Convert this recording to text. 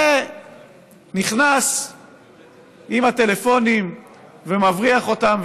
הוא נכנס עם הטלפונים ומבריח אותם,